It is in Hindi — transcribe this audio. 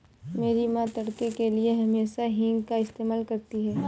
मेरी मां तड़के के लिए हमेशा हींग का इस्तेमाल करती हैं